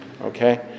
okay